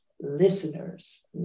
listeners